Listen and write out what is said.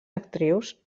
actrius